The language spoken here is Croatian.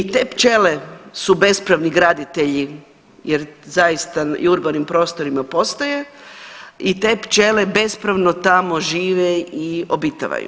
I te pčele su bespravni graditelji, jer zaista i u urbanim prostorima postoje i te pčele bespravno tamo žive i obitavaju.